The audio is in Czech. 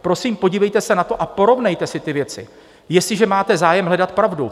Prosím, podívejte se na to a porovnejte si ty věci, jestliže máte zájem hledat pravdu.